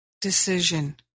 decision